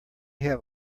have